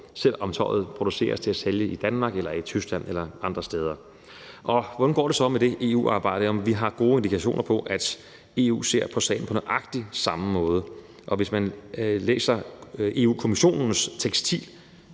selv om tøjet produceres til at blive solgt i Danmark eller i Tyskland eller andre steder. Og hvordan går det så med det EU-arbejde? Vi har gode indikationer på, at EU ser på sagen på nøjagtig samme måde, og hvis man læser Europa-Kommissionens tekstilstrategi,